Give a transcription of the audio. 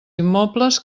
immobles